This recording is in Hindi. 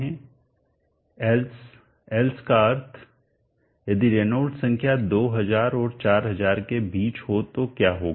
एल्स else अन्यथा एल्स else अन्यथा का अर्थ यदि रेनॉल्ड्स संख्या 2000 और 4000 के बीच हो तो क्या होगा